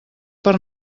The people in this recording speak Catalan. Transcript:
per